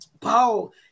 Paul